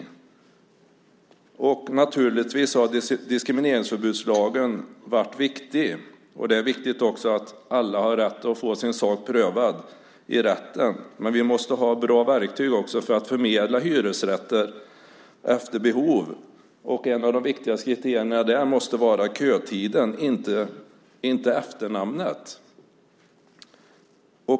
Naturligtvis har diskrimineringsförbudslagen varit viktig. Det är också viktigt att alla har rätt att få sin sak prövad i rätten. Men vi måste ha bra verktyg också för att förmedla hyresrätter efter behov. En av de viktigaste kriterierna där måste vara kötiden, inte efternamnet.